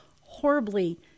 horribly